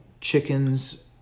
chickens